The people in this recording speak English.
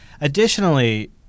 additionally